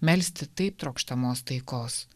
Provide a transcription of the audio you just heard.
melsti taip trokštamos taikos